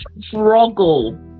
struggle